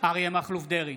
אריה מכלוף דרעי,